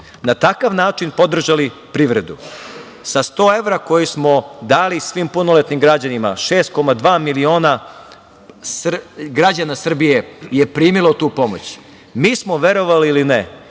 na takav način podržali privredu sa 100 evra koje smo dali svim punoletnim građanima, 6,2 miliona građana Srbije je primilo tu pomoć, mi smo, verovali ili ne,